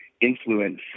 influence